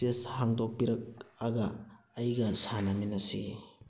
chess ꯍꯥꯡꯗꯣꯛꯄꯤꯔꯛꯑꯒ ꯑꯩꯒ ꯁꯥꯟꯅꯃꯤꯅꯁꯤ